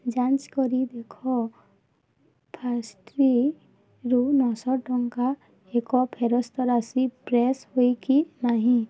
ଯାଞ୍ଚ କରି ଦେଖ ଫାର୍ଷ୍ଟ୍ଟ୍ରିରୁ ନଅଶହ ଟଙ୍କା ଏକ ଫେରସ୍ତ ରାଶି ପ୍ରେସ୍ ହୋଇକି ନାହିଁ